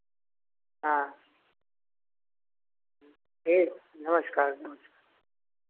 हाँ ह्म्म ठीक नमस्कार नमस्कार